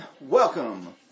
Welcome